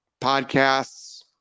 podcasts